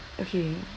okay